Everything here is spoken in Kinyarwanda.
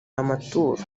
amaturo